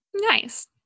Nice